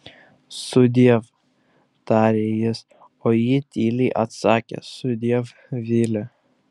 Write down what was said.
sudiev tarė jis o ji tyliai atsakė sudiev vili